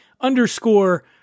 underscore